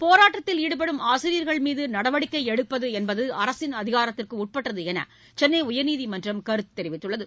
போராட்டத்தில் ஈடுபடும் ஆசிரியர்கள்மீது நடவடிக்கை எடுப்பது என்பது அரசின் அதிகாரத்திற்கு உட்பட்டது என்று சென்னை உயர்நீதிமன்றம் கருத்து தெரிவித்துள்ளது